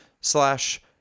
slash